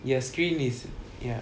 your screen is ah ya